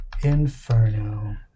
Inferno